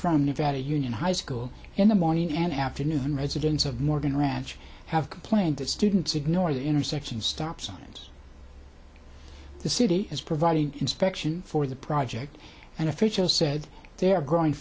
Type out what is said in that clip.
from nevada union high school in the morning and afternoon residents of morgan ranch have complained that students ignore the intersection stop signs the city is providing inspection for the project and officials said there are growing